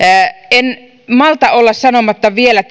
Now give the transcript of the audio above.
en malta olla sanomatta vielä